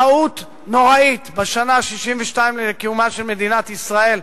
טעות נוראית בשנה ה-62 לקיומה של מדינת ישראל,